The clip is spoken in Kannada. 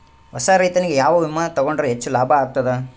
ಹೊಸಾ ರೈತನಿಗೆ ಯಾವ ವಿಮಾ ತೊಗೊಂಡರ ಹೆಚ್ಚು ಲಾಭ ಆಗತದ?